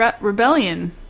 Rebellion